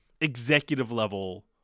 executive-level